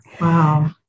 Wow